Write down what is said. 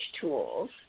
tools